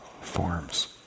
forms